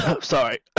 sorry